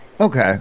Okay